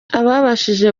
ababashije